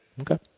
Okay